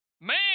Man